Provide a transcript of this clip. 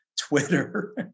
Twitter